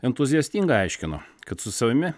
entuziastingai aiškino kad su savimi